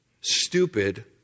stupid